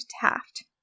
Taft